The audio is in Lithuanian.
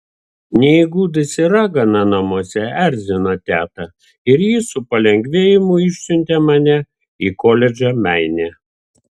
neįgudusi ragana namuose erzino tetą ir ji su palengvėjimu išsiuntė mane į koledžą meine